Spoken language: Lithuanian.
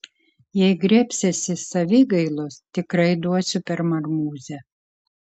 jei griebsiesi savigailos tikrai duosiu per marmūzę